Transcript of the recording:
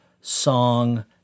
song